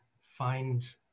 find